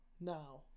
now